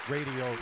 Radio